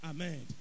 Amen